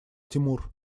тимур